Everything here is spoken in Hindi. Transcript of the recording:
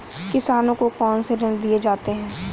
किसानों को कौन से ऋण दिए जाते हैं?